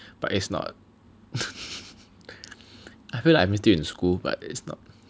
but it's not I feel like I'm still in school but it's not